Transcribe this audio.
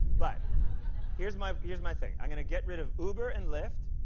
but here's my here's my thing. i'm going to get rid of uber and lyft,